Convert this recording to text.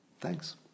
Thanks